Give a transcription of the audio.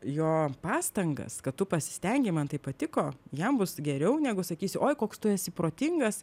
jo pastangas kad tu pasistengei man tai patiko jam bus geriau negu sakysi oi koks tu esi protingas